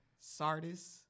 Sardis